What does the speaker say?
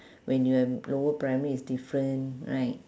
when you are lower primary it's different right